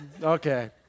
okay